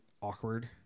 awkward